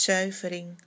Zuivering